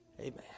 Amen